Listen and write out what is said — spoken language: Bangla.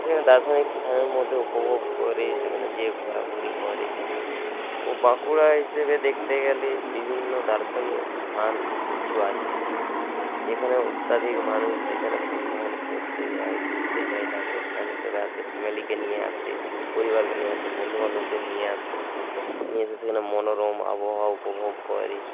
সেখানে দার্শনিক স্থানের মধ্যে উপভোগ করে সেখানে যেয়ে ঘোরাঘুরি করে ও বাঁকুড়া হিসেবে দেখতে গেলে বিভিন্ন দার্শনিক স্থান কিছু আছে যেখানে অত্যাধিক মানুষ সেখানে পরিবহন করতে যায় ঘুরতে যায় দার্শনিক স্থান হিসেবে আসে ফ্যামিলিকে নিয়ে আসে পরিবারকে নিয়ে আসে বন্ধুবান্ধবদের নিয়ে আসে নিয়ে এসে সেখানে মনোরম আবহাওয়া উপভোগ করে